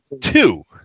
two